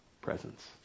presence